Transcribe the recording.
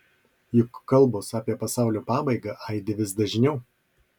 juk kalbos apie pasaulio pabaigą aidi vis dažniau